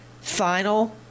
Final